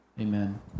Amen